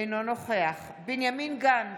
אינו נוכח בנימין גנץ,